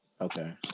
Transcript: Okay